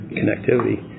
connectivity